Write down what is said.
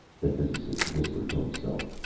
the physicist whispered to himself.